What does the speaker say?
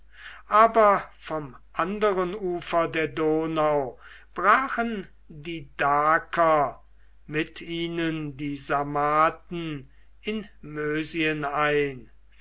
aber vom anderen ufer der donau brachen die daker mit ihnen die sarmaten in mösien ein